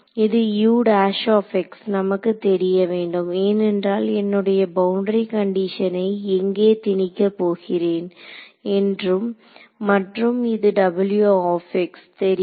இது நமக்கு தெரிய வேண்டும் ஏனென்றால் என்னுடைய பவுண்டரி கண்டிஷனை எங்கே திணிக்க போகிறேன் என்றும் மற்றும் இது தெரியும்